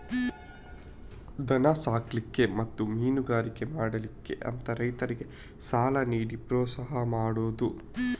ದನ ಸಾಕ್ಲಿಕ್ಕೆ ಮತ್ತೆ ಮೀನುಗಾರಿಕೆ ಮಾಡ್ಲಿಕ್ಕೆ ಅಂತ ರೈತರಿಗೆ ಸಾಲ ನೀಡಿ ಪ್ರೋತ್ಸಾಹ ಮಾಡುದು